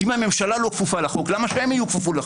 אם הממשלה לא כפופה לחוק, למה שהם יהיו כפופים לו?